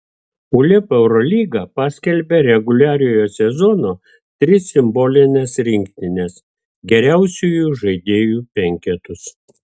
uleb eurolyga paskelbė reguliariojo sezono tris simbolines rinktines geriausiųjų žaidėjų penketus